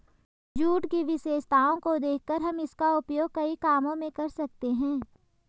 jute की विशेषताओं को देखकर हम इसका उपयोग कई कामों में कर सकते हैं